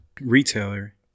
retailer